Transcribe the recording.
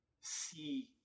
see